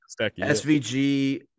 SVG